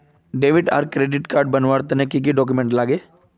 Debit आर credit card बनवार तने की की डॉक्यूमेंट लागे?